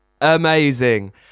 Amazing